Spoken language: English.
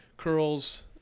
Curls